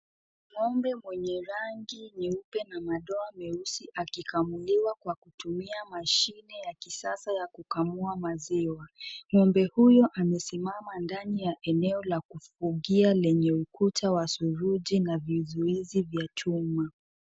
Ng'ombe mwenye rangi nyeupe na madoa meusi akikamuliwa kwa kutumia mashine ya kisasa ya kukamua maziwa. Ng'ombe huyo amesimama ndani ya eneo la kufungia, lenye ukuta wa surungi na vizuizi vya chuma.